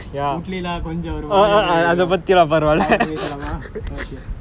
okay